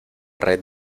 red